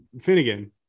finnegan